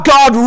God